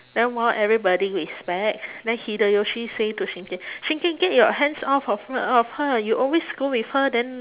then while everybody is back then hideyoshi say to shingen shingen get your hands off of her of her you always go with her then